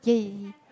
yay